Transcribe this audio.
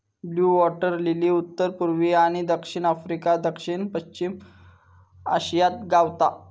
blue water lily उत्तर पुर्वी आणि दक्षिण आफ्रिका, दक्षिण पश्चिम आशियात गावता